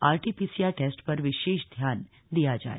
RT PCR test पर विशेष ध्यान दिया जाए